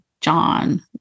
John